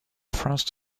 first